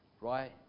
right